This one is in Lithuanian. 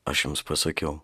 aš jums pasakiau